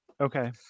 Okay